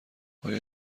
آیا